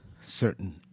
certain